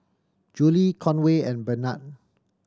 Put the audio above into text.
Julie Conway and Bernhard